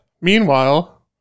Meanwhile